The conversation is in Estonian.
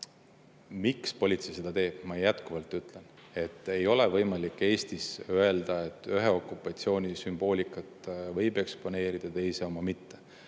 Miks politsei seda teeb? Ma jätkuvalt ütlen, et ei ole võimalik Eestis öelda, et ühe okupatsiooni sümboolikat võib eksponeerida, teise oma mitte.